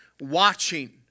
watching